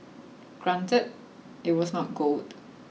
granted it was not gold